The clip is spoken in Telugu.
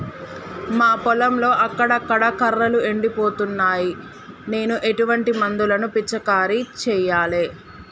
మా పొలంలో అక్కడక్కడ కర్రలు ఎండిపోతున్నాయి నేను ఎటువంటి మందులను పిచికారీ చెయ్యాలే?